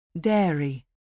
Dairy